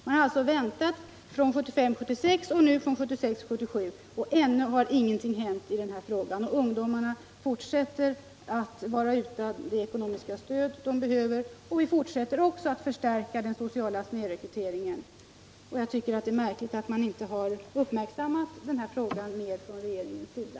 Man har alltså väntat från 1975 77 och ännu har ingenting hänt i den här frågan. Ungdomarna fortsätter att vara utan det ekonomiska stöd de behöver, och detta fortsätter också att förstärka den sociala snedrekryteringen. Det är märkligt att man inte har uppmärksammat den här frågan mer från regeringens sida.